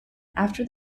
after